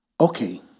Okay